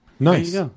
Nice